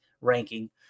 ranking